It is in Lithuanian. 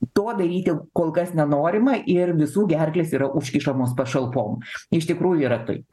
to daryti kol kas nenorima ir visų gerklės yra užkišamos pašalpom iš tikrųjų yra taip